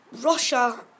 Russia